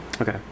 okay